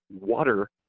water